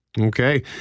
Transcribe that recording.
Okay